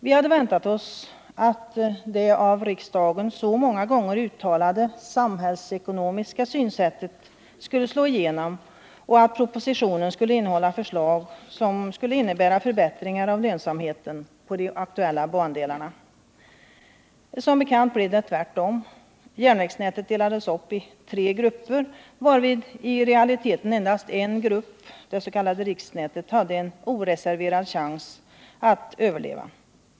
Vi hade väntat oss att det av riksdagen så många gånger uttalade samhällsekonomiska synsättet skulle slå igenom och att propositionen skulle innehålla förslag som skulle innebära förbättringar av lönsamheten på de aktuella bandelarna. Som bekant blev det tvärtom. Järnvägsnätet delades upp i tre grupper, varvid i realiteten endast en grupp — dets.k. riksnätet — hade en oreserverad chans att överleva.